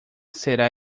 será